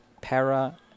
para